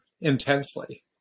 intensely